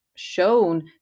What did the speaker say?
shown